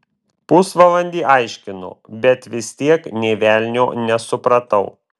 pusvalandį aiškino bet vis tiek nė velnio nesupratau